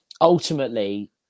ultimately